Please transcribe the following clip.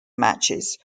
matches